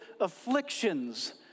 afflictions